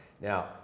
now